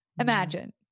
Imagine